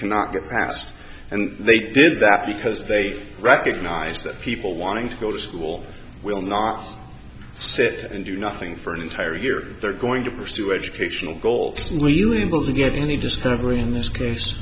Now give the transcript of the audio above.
cannot get past and they did that because they've recognized that people wanting to go to school will not sit and do nothing for an entire year they're going to pursue educational goals and really able to get any discovery in this case